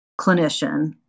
clinician